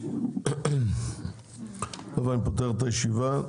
חבר'ה, אני פותח את הישיבה.